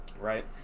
right